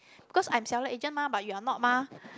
because I am seller agent mah but you are not mah